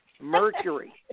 Mercury